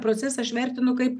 procesą aš vertinu kaip